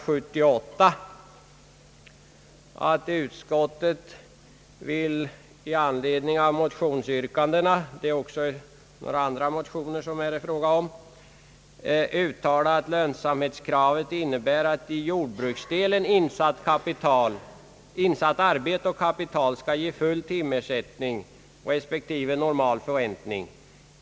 78 skriver utskottet i anledning av motionsyrkandena — det är här även fråga om några andra motioner — »att lönsamhetskravet innebär att i jordbruksdelen insatt arbete och kapital skall ge full timersättning respektive normal förräntning.